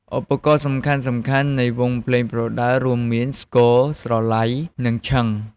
ឧបករណ៍សំខាន់ៗនៃវង់ភ្លេងប្រដាល់រួមមាន ស្គរ ស្រឡៃ និងឈិង។